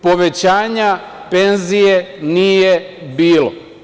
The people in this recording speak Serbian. Povećanja penzije nije bilo.